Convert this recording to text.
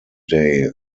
day